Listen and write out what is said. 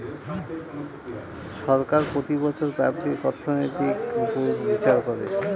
সরকার প্রতি বছর পাবলিক অর্থনৈতির উপর বিচার করে